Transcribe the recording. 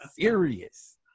serious